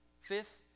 Fifth